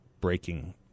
breaking